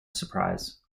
surprise